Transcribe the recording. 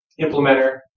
implementer